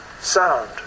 sound